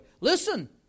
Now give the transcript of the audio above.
listen